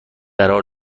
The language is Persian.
قرار